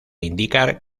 indicar